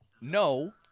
No